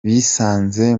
bisanze